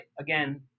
again